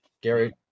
Gary